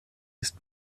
ist